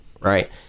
right